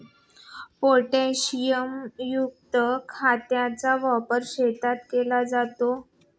पोटॅशियमयुक्त खताचा वापर शेतीत केला जातो